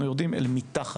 אנחנו יורדים מתחת